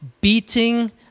beating